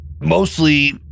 mostly